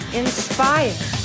inspired